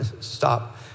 stop